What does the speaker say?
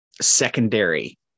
secondary